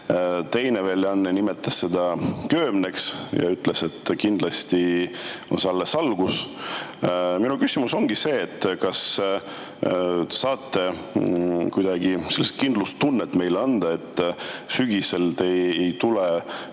teine väljaanne nimetas seda köömneks ja ütles, et kindlasti on see alles algus. Minu küsimus ongi see: kas saate kuidagi anda meile kindlustunnet, et sügisel te ei tule